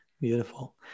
Beautiful